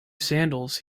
sandals